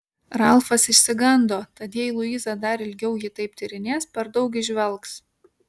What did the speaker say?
ralfas išsigando kad jei luiza dar ilgiau jį taip tyrinės per daug įžvelgs